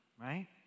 right